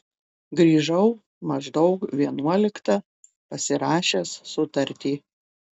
grįžau maždaug vienuoliktą pasirašęs sutartį